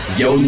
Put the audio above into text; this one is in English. yo